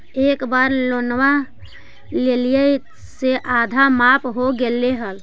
एक बार लोनवा लेलियै से आधा माफ हो गेले हल?